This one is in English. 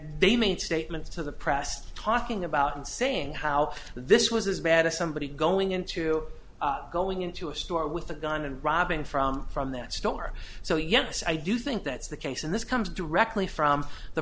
they made statements to the press talking about and saying how this was as bad as somebody going into going into a store with a gun and robbing from from that store so yes i do think that's the case and this comes directly from the